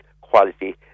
quality